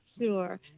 Sure